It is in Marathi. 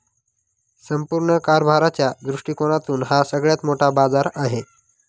संपूर्ण कारभाराच्या दृष्टिकोनातून हा सगळ्यात मोठा बाजार आहे